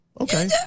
Okay